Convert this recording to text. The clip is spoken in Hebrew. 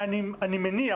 אני מניח,